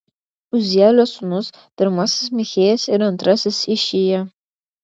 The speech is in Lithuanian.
uzielio sūnūs pirmasis michėjas ir antrasis išija